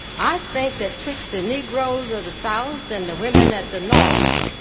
i think that twixt the negroes of the south and the women at the north,